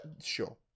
Sure